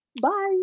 Bye